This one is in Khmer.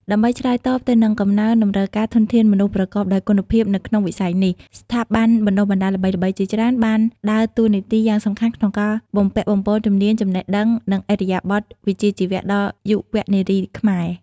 ដើម្បីឆ្លើយតបទៅនឹងកំណើនតម្រូវការធនធានមនុស្សប្រកបដោយគុណភាពនៅក្នុងវិស័យនេះ ស្ថាប័នបណ្តុះបណ្តាលល្បីៗជាច្រើនបានដើរតួនាទីយ៉ាងសំខាន់ក្នុងការបំពាក់បំប៉នជំនាញ ចំណេះដឹង និងឥរិយាបទវិជ្ជាជីវៈដល់យុវនារីខ្មែរ។